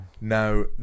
Now